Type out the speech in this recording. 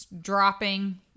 Dropping